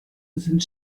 sind